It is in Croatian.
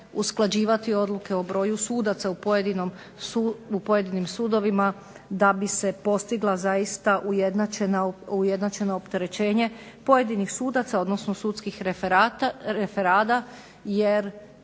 usklađivati odluke o broju sudaca u pojedinim sudovima da bi se postiglo zaista ujednačeno opterećenje pojedinih sudaca odnosno sudskih referada jer